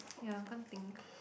yeah I can't think